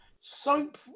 Soap